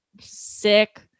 sick